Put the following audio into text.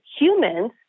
humans